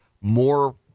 more